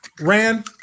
Ran